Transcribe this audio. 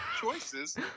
Choices